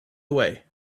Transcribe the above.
away